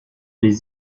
les